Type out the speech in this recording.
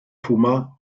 puma